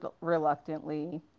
reluctantly